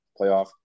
playoff